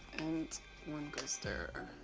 and one goes there.